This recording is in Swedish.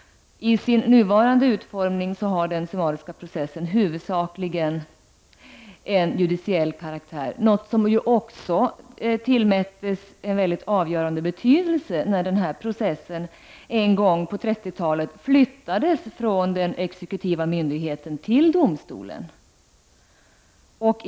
I sin nuvarande utformning har den summariska processen huvudsakligen en judiciell karaktär. Det var något som tillmättes en avgörande betydelse när denna process en gång på 30-talet flyttades från den exekutiva myndigheten till domstolen.